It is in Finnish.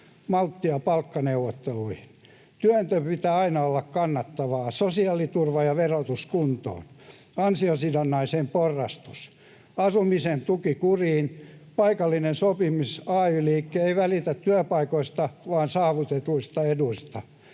malttia palkkaneuvotteluihin. Työnteon pitää aina olla kannattavaa, sosiaaliturva ja verotus kuntoon, ansiosidonnaiseen porrastus, asumisen tuki kuriin, paikallinen sopiminen — ay-liike ei välitä työpaikoista vaan saavutetuista eduista.